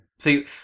See